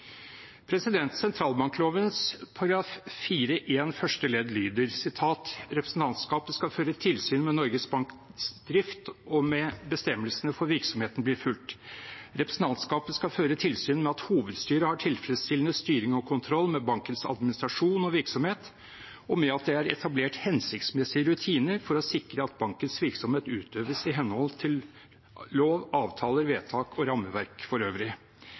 første ledd lyder: «Representantskapet skal føre tilsyn med Norges Banks drift og med at bestemmelsene for virksomheten blir fulgt. Representantskapet skal føre tilsyn med at hovedstyret har tilfredsstillende styring og kontroll med bankens administrasjon og virksomhet, og med at det er etablert hensiktsmessige rutiner for å sikre at bankens virksomhet utøves i henhold til lov, avtaler, vedtak og rammeverk for øvrig.